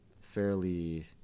fairly